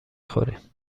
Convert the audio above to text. خوریم